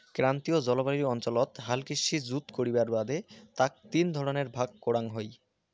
ক্রান্তীয় জলবায়ু অঞ্চলত হাল কৃষি জুত করির বাদে তাক তিনটা ভাগ করাং হই